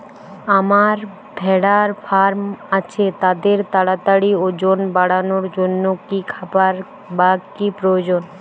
আমার ভেড়ার ফার্ম আছে তাদের তাড়াতাড়ি ওজন বাড়ানোর জন্য কী খাবার বা কী প্রয়োজন?